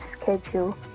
schedule